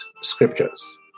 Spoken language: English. Scriptures